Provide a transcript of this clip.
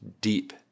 deep